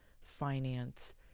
finance